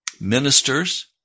ministers